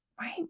right